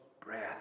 breath